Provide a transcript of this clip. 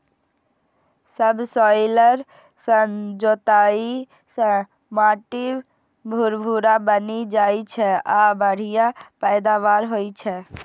subsoiler सं जोताइ सं माटि भुरभुरा बनि जाइ छै आ बढ़िया पैदावार होइ छै